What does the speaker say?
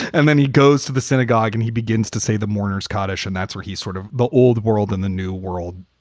and then he goes to the synagogue and he begins to say the mourners kaddish. and that's where he's sort of the old world in the new world.